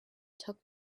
took